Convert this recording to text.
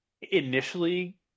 initially